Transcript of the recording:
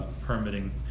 permitting